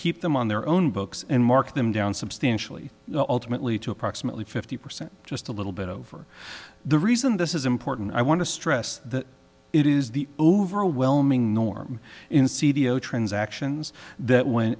keep them on their own books and mark them down substantially ultimately to approximately fifty percent just a little bit over the reason this is important i want to stress that it is the overwhelming norm in c d o transactions that when